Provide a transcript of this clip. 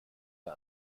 der